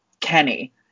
kenny